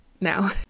now